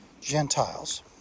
Gentiles